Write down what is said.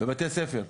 בבתי ספר.